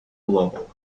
global